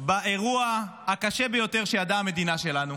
באירוע הקשה ביותר שידעה המדינה שלנו,